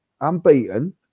unbeaten